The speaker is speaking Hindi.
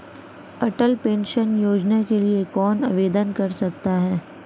अटल पेंशन योजना के लिए कौन आवेदन कर सकता है?